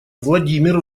владимир